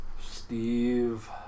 Steve